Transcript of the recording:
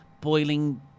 boiling